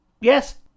yes